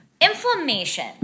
inflammation